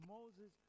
Moses